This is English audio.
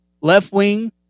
left-wing